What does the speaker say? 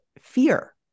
fear